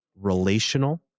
relational